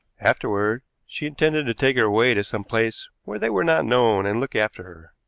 afterward she intended to take her away to some place where they were not known and look after her.